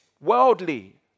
worldly